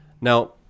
Now